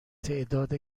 تعداد